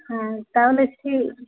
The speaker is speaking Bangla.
হ্যাঁ তাহলে